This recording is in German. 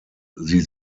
sie